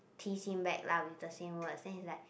tease him back lah with the same words then he's like